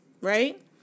right